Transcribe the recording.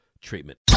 treatment